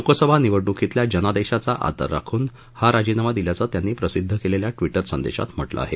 लोकसभा निवडणूकीतल्या जनादेशाचा आदर राखून हा राजीनामा दिल्याचं त्यांनी प्रसिद्ध केलेल्या ट्विटर संदेशात म्हटलं आहे